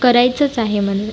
करायचंच आहे मन्नं